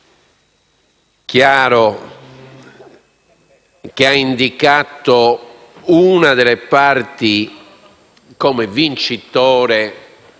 chiaro che ha indicato una delle parti come vincitrice